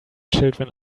children